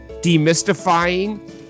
demystifying